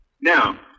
Now